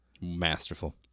Masterful